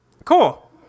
Cool